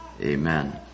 Amen